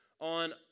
on